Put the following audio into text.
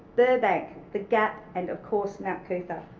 burbank, the gap and of course mount coot-tha.